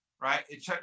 right